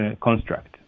construct